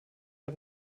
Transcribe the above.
der